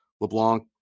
LeBlanc